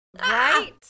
Right